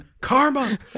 Karma